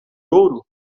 ouro